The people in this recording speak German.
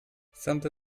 santo